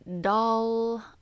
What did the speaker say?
doll